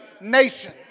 nation